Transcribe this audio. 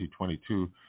2022